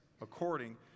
according